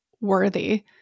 worthy